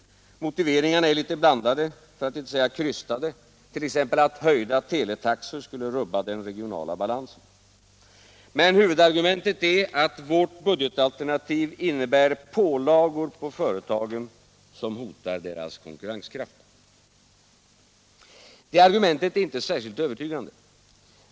Motiveringarna är litet blandade, för att inte säga krystade, t.ex. att höjda teletaxor skulle rubba den regionala balansen. Men huvudargumentet är att vårt budgetalternativ innebär pålagor på företagen som hotar deras konkurrenskraft. Det argumentet är inte särskilt övertygande.